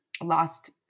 last